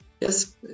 Yes